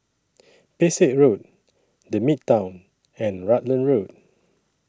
Pesek Road The Midtown and Rutland Road